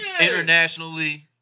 internationally